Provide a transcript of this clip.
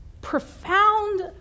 profound